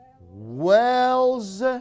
wells